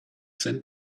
sent